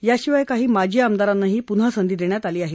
याशिवाय काही माजी आमदारांनाही पुन्हा संधी देण्यात आली आहे